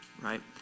right